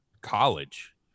college